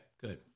good